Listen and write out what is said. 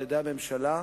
על-ידי הממשלה,